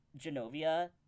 Genovia